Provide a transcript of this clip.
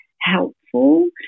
helpful